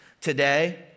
today